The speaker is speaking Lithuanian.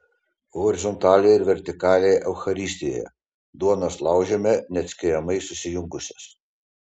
horizontalė ir vertikalė eucharistijoje duonos laužyme neatskiriamai susijungusios